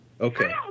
Okay